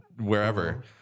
wherever